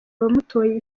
abamutoye